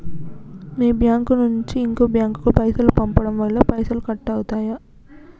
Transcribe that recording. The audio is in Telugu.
మీ బ్యాంకు నుంచి ఇంకో బ్యాంకు కు పైసలు పంపడం వల్ల పైసలు కట్ అవుతయా?